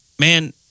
Man